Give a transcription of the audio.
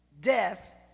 death